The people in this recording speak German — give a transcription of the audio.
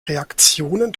reaktionen